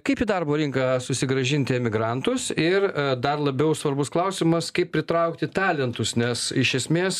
kaip į darbo rinką susigrąžinti emigrantus ir dar labiau svarbus klausimas kaip pritraukti talentus nes iš esmės